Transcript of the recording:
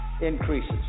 increases